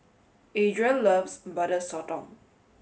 Adria loves Butter Sotong